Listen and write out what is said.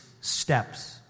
steps